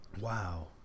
Wow